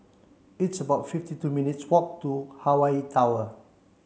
it's about fifty two minutes walk to Hawaii Tower